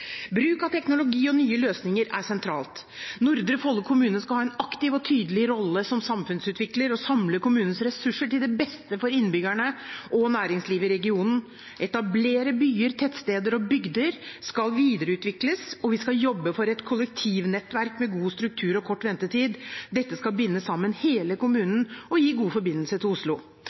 Bruk av teknologi og nye løsninger er sentralt. Nordre Follo kommune skal ha en aktiv og tydelig rolle som samfunnsutvikler og samle kommunens ressurser til det beste for innbyggerne og næringslivet i regionen. Etablerte byer, tettsteder og bygder skal videreutvikles, og vi skal jobbe for et kollektivnettverk med god struktur og kort ventetid. Dette skal binde sammen hele kommunen og gi god forbindelse til Oslo.